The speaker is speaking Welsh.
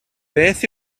beth